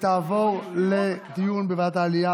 ותעבור לדיון בוועדת העלייה,